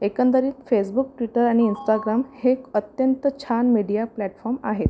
एकंदरीत Facebook Twitter आणि Instagram हे एक अत्यंत छान मीडिया प्लॅटफॉर्म आहे